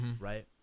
right